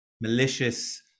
malicious